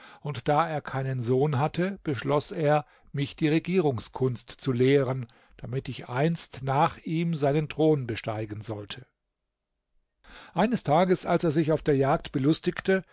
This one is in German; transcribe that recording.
und da er keinen sohn hatte beschloß er mich die regierungskunst zu lehren damit ich einst nach ihm seinen thron besteigen sollte eines tages als er sich auf der jagd belustigte